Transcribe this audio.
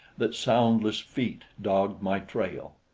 that soundless feet dogged my trail.